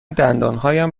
دندانهایم